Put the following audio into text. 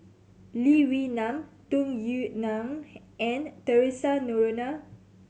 Lee Wee Nam Tung Yue Nang and Theresa Noronha